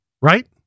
right